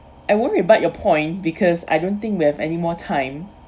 I won't rebut your point because I don't think we have any more time